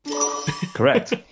correct